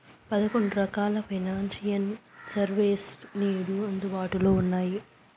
పదకొండు రకాల financial service లు నేడు అందుబాటులో ఉన్నాయి